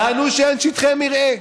טענו שאין שטחי מרעה,